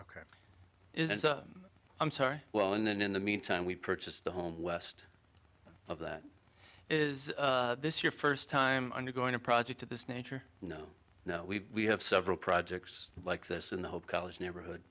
i'm sorry well and then in the meantime we purchased a home west of that is this your first time undergoing a project of this nature you know we have several projects like this in the hope college neighborhood